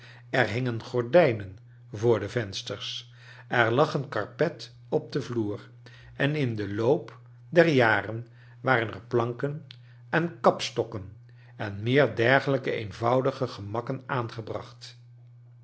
er hingen gordijnen voor de vensters er lag een karpet op den vloer en in den loop der jaren waren er planken en kapstokken en meer dergelijke eenvoudige gemakken aangebracht